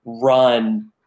run